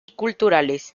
culturales